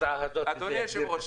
אדוני היושב-ראש,